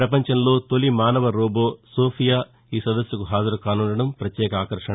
ప్రపంచంలో తొలి మానవ రోబో సోఫియా ఈ సదస్సుకి హాజరు కానుండడం పత్యేక ఆకర్షణ